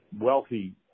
wealthy